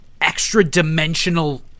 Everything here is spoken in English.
extra-dimensional